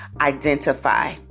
identify